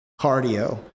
cardio